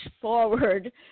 forward